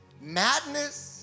Madness